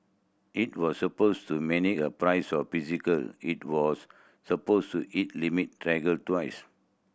it was supposed to mimic the price of the physical it was supposed to hit limit trigger twice